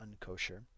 unkosher